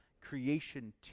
creation